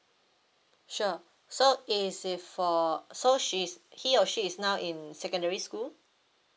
sure so is it for so she's he or she is now in secondary school